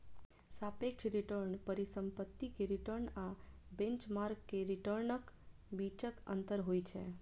सापेक्ष रिटर्न परिसंपत्ति के रिटर्न आ बेंचमार्क के रिटर्नक बीचक अंतर होइ छै